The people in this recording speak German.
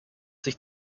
sich